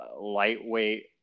lightweight